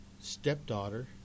stepdaughter